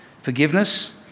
forgiveness